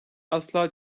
asla